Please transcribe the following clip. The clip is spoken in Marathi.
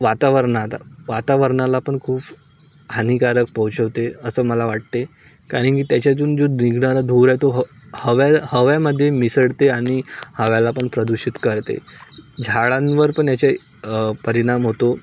वातावरण आहे आता वातावरणाला पण खूप हानिकारक पोचवते असं मला वाटते कारण की त्याच्यातून जो निघणारा धूर आहे तो ह हव्या हव्यामध्ये मिसळते आणि हव्याला पण प्रदूषित करते झाडांवर पण याचे परिणाम होतो